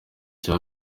cya